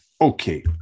Okay